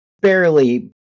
barely